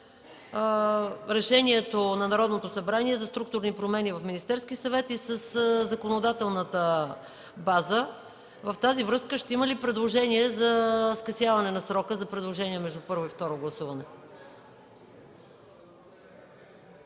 Решението на Народното събрание за структурни промени в Министерския съвет и със законодателната база. Ще има ли предложение за скъсяване на срока за предложения между първо и второ гласуване?